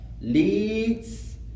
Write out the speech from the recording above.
leads